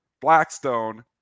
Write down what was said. Blackstone